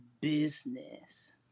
business